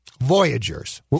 Voyagers